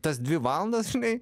tas dvi valandas žinai